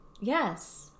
Yes